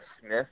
Smith